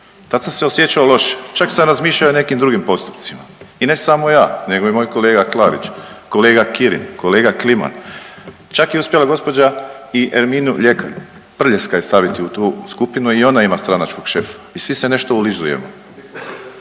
Tad sam se osjećao loše čak sam razmišljao i o nekim drugim postupcima. I ne samo ja nego i moj kolega Klarić, kolega Kirin, kolega Kliman. Čak je uspjela gospođa i Erminu Lekaj Prljaskaj staviti u tu skupinu i ona ima stranačkog šefa i svi se nešto ulizujemo.